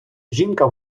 жінка